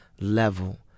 level